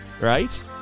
right